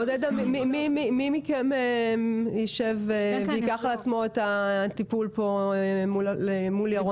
עודדה, מי מכם ייקח על עצמו את הטיפול מול ירון?